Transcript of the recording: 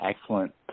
excellent